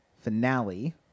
finale